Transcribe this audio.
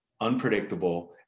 unpredictable